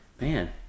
man